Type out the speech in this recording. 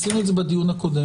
עשינו את זה בדיון הקודם.